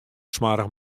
smoarch